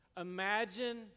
Imagine